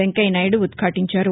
Venkaiah Naidu ఉదాటించారు